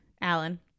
alan